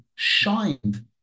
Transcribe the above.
Shined